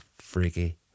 freaky